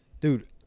Dude